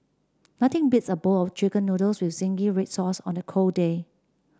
nothing beats a bowl of chicken noodles with zingy red sauce on a cold day